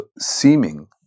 seeming